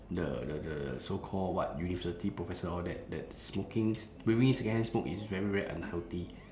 the the the so called what university professor all that that smoking s~ breathing in secondhand smoke is very very unhealthy